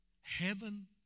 heaven